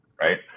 Right